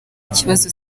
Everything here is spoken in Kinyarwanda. kibazo